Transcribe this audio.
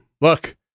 Look